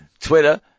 Twitter